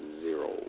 zero